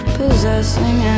possessing